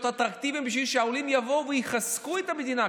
אטרקטיביים בשביל שהעולים יבוא ויחזקו את המדינה,